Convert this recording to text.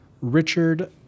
Richard